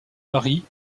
paris